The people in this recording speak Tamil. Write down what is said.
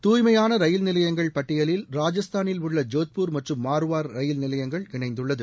துய்மையான ரயில் நிலையங்கள் பட்டியலில் ராஜஸ்தானில் உள்ள ஜோத்பூர் மற்றும் மார்வார் ரயில்நிலையங்கள் இணைந்துள்ளது